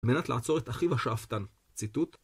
על מנת לעצור את אחיו השאפתן. ציטוט